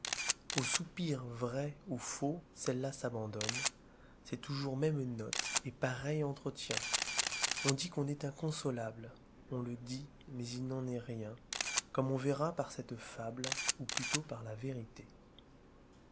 aux sopirs vrais ou faux celle-là s'abandonne c'est toujours même note et pareil entretien on dit qu'on est inconsolable on le dit mais il n'en est rien comme on verra par cette fable ou plutôt par la vérité